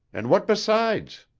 and what besides.